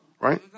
Right